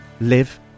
live